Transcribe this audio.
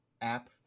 app